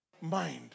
mind